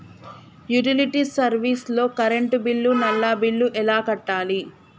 Utility service లో current bill, నల్లా bill ఎలా కట్టాలి?